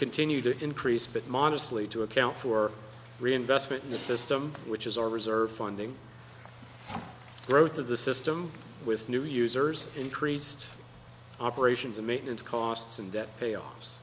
continue to increase but modestly to account for reinvestment in the system which is our reserve funding growth of the system with new users increased operations and maintenance costs and debt payoffs